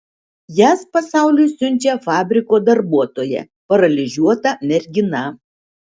jas pasauliui siunčia fabriko darbuotoja paralyžiuota mergina